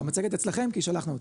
לא, המצגת אצלכם כי שלחנו אותה,